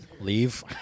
leave